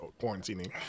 quarantining